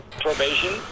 Probation